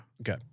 Okay